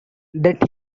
that